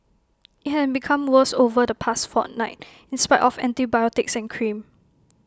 IT had become worse over the past fortnight in spite of antibiotics and cream